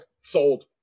sold